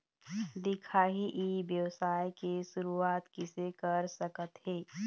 दिखाही ई व्यवसाय के शुरुआत किसे कर सकत हे?